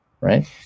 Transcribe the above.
Right